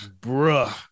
Bruh